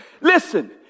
listen